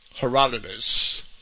Herodotus